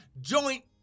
joint